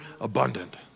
abundant